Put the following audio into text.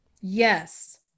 Yes